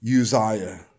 Uzziah